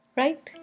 right